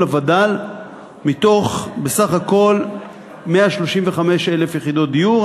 הווד"ל מתוך בסך הכול 135,000 יחידות דיור.